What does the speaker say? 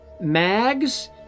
Mags